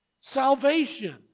salvation